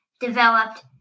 developed